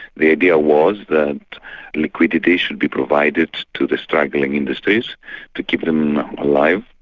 the idea was that liquidity should be provided to the struggling industries to keep them alive,